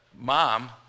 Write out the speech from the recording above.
mom